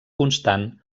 constant